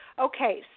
Okay